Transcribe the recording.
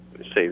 say